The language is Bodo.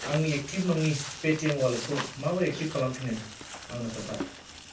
आंनि एक्टिभ नङि पेटिएम वालेटखौ माबोरै एक्टिभ खालामफिनो आंनो खोन्था